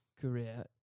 career